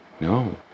No